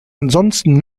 ansonsten